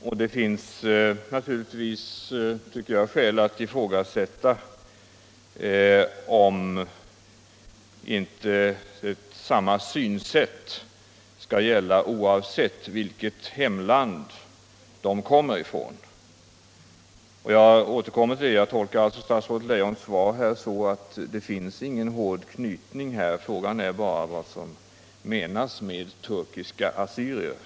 Och det finns, tycker jag, skäl att ifrågasätta om inte samma synsätt skall gälla oavsett vilket land som är deras hemland. Jag tolkar statsrådet Leijons svar så att det inte finns någon hård koppling här. Frågan är bara vad som menas med turkiska assyrier.